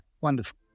wonderful